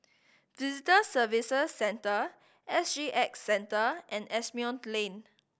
Visitor Services Centre S G X Centre and Asimont Lane